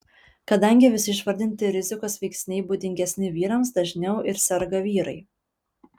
kadangi visi išvardinti rizikos veiksniai būdingesni vyrams dažniau ir serga vyrai